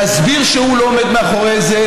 להסביר שהוא לא עומד מאחורי זה,